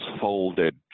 folded